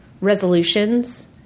resolutions